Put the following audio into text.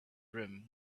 rim